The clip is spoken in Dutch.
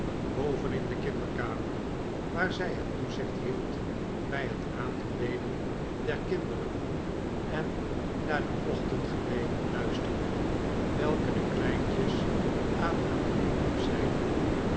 in de kinderkamer waar zij het toezicht hield bij het aankleeden der kinderen en naar de ochtendgebeden luisterde welke de kleintjes aan haar knie